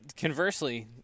conversely